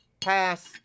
Pass